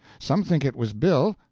some think it was bill.